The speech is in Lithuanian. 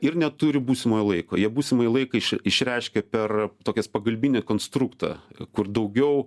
ir neturi būsimojo laiko jie būsimąjį laiką iš išreiškia per tokias pagalbinį konstruktą kur daugiau